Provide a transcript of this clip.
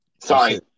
sorry